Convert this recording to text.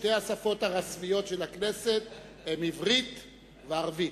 שתי השפות הרשמיות של הכנסת הן עברית וערבית.